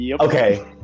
Okay